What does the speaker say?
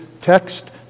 text